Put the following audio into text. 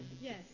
Yes